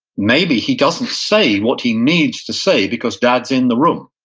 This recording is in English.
maybe he doesn't say what he needs to say because dad's in the room.